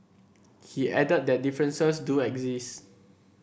he added that differences do exist